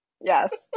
Yes